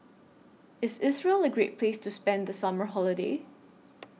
IS Israel A Great Place to spend The Summer Holiday